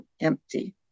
empty